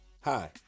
Hi